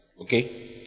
Okay